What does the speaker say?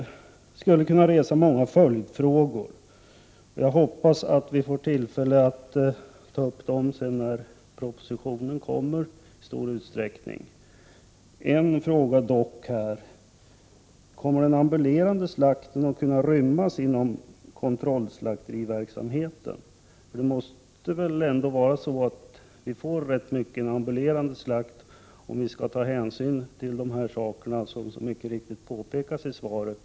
1988/89:9 följdfrågor. Men jag hoppas att vi i stor utsträckning får tillfälle att ta upp 13 oktober 1988 dem när propositionen om dessa saker kommer. En fråga vill jag dock ställa här: Kommer den ambulerande slakten att kunna inrymmas i kontrollslakteriverksamheten? Det måste väl ändå bli rätt mycket av en ambulerande slakt, om man skall ta hänsyn till de saker som så riktigt framhålls i svaret.